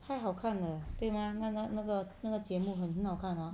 太好看了对吗那那那个那个节目很好看 hor